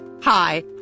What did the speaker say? Hi